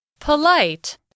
Polite